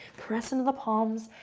press into the palms,